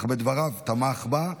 אך בדבריו תמך בה,